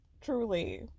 truly